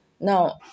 Now